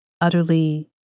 utterly